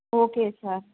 okay sir